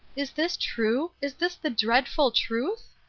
is this true? is this the dreadful truth?